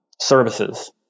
services